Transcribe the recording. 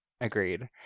Agreed